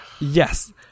Yes